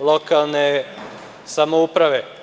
lokalne samouprave.